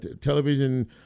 television